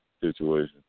situation